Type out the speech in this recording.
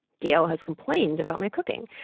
gail has complained about my cooking,